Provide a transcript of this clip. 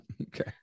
Okay